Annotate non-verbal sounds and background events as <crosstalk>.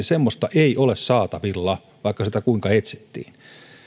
<unintelligible> semmoista ei ole saatavilla vaikka sitä kuinka etsittiin